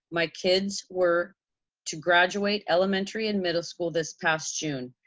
my kids were to graduate elementary and middle school this past june,